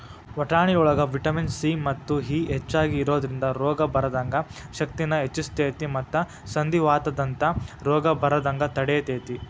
ವಟಾಣಿಯೊಳಗ vitamin C ಮತ್ತು E ಹೆಚ್ಚಾಗಿ ಇರೋದ್ರಿಂದ ರೋಗ ಬರದಂಗ ಶಕ್ತಿನ ಹೆಚ್ಚಸ್ತೇತಿ ಮತ್ತ ಸಂಧಿವಾತದಂತ ರೋಗ ಬರದಂಗ ತಡಿತೇತಿ